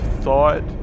thought